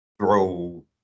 throw